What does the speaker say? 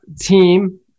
team